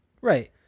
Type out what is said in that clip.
Right